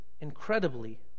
incredibly